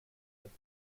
that